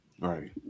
right